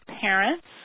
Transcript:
parents